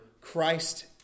Christ